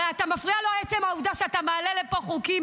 הרי אתה מפריע לו בעצם העובדה שאתה מעלה לפה חוקים,